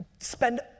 Spend